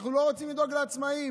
אנחנו לא רוצים לדאוג לעצמאים.